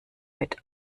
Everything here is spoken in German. mit